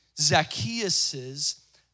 Zacchaeus